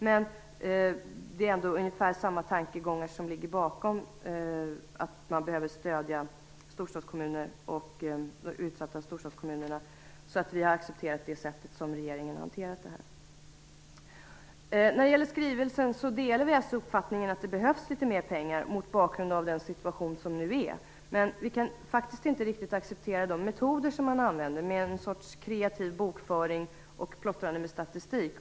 Men det är ändå ungefär samma tankegångar som ligger bakom att man behöver stödja de utsatta storstadskommunerna, så vi har accepterat det sätt som regeringen har hanterat detta på. När det gäller skrivelsen delar vi alltså uppfattningen att det behövs litet mer pengar mot bakgrund av den situation som nu råder. Men vi kan faktiskt inte riktigt acceptera de metoder som man använder, en sorts kreativ bokföring och plottrande med statistik.